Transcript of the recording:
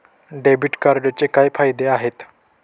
Debit कार्डचे काय फायदे आहेत?